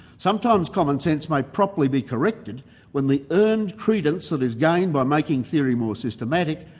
sometimes commonsense may properly be corrected when the earned credence that is gained by making theory more systematic,